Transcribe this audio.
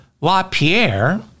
LaPierre